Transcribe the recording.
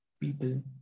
people